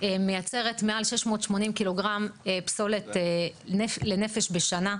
מייצרת מעל 680 ק"ג פסולת לנפש בשנה,